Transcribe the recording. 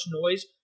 noise